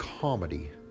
comedy